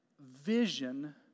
vision